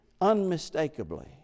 unmistakably